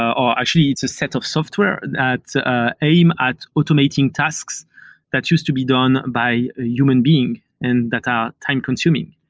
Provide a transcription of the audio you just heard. or actually it's a set of software that ah aim at automating tasks that's used to be done by a human being and that are time consuming.